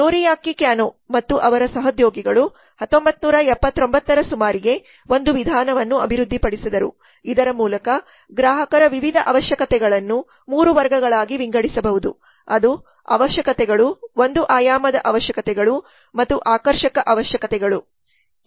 Noriaki Kano ಮತ್ತು ಅವರ ಸಹೋದ್ಯೋಗಿಗಳು 1979 ರ ಸುಮಾರಿಗೆ ಒಂದು ವಿಧಾನವನ್ನು ಅಭಿವೃದ್ಧಿಪಡಿಸಿದರು ಇದರ ಮೂಲಕ ಗ್ರಾಹಕರ ವಿವಿಧ ಅವಶ್ಯಕತೆಗಳನ್ನು 3 ವರ್ಗಗಳಾಗಿ ವಿಂಗಡಿಸಬಹುದು ಅದು ಅವಶ್ಯಕತೆಗಳು ಒಂದು ಆಯಾಮದ ಅವಶ್ಯಕತೆಗಳು ಮತ್ತು ಆಕರ್ಷಕ ಅವಶ್ಯಕತೆಗಳು